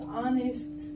honest